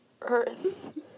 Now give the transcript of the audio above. earth